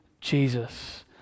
Jesus